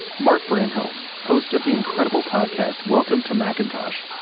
and mark bramhill, host of the incredible podcast welcome to macintosh,